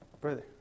Brother